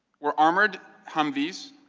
were armored humvees,